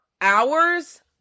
hours